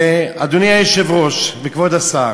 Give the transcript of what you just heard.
אדוני היושב-ראש וכבוד השר,